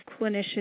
clinicians